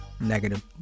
negative